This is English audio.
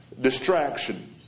Distraction